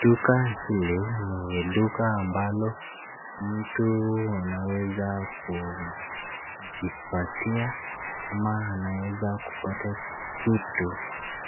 Duka hili ni duka ambalo mtu anaweza kujipatia ama anaweza kupata kitu